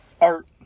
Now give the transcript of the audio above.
art